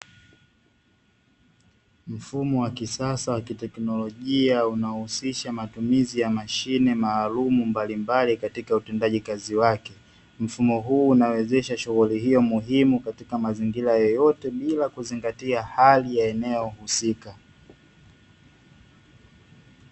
Mfumo wa kisasa wa kitekinolojia unaohusisha matumizi ya mashine maalumu mbalimbali katika utendaji kazi wake, mfumo huu unawezesha shughuli hiyo muhimu katika mazingira yeyote, bila kuzingatia hali ya eneo husika.